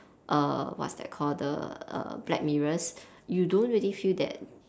err what's that call the err black mirrors you don't really feel that